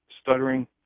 stuttering